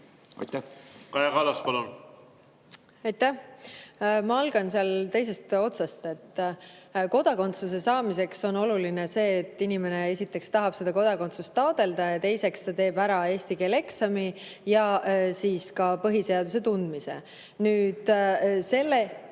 Ma alustan teisest otsast. Kodakondsuse saamiseks on oluline see, et inimene, esiteks, tahab seda kodakondsust taotleda, ja teiseks ta teeb ära eesti keele eksami ja siis ka põhiseaduse tundmise [eksami].